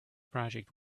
project